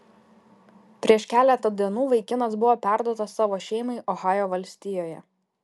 prieš keletą dienų vaikinas buvo perduotas savo šeimai ohajo valstijoje